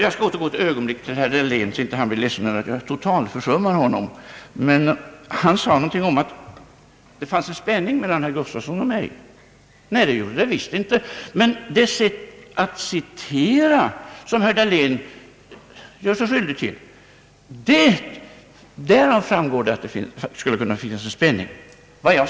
Jag skall återgå ett ögonblick till herr Dahlén, så att han inte blir ledsen över att jag totalförsummar honom. Herr Dahlén sade någonting om att det fanns en spänning mellan herr Gustavsson och mig. Nej, det gör det visst inte! Men av det sätt att citera som herr Dahlén gör sig skyldig till framgår att det skulle kunna finnas en sådan spänning.